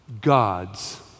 God's